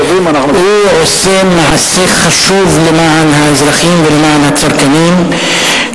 הוא עושה מעשה חשוב למען האזרחים ולמען הצרכנים,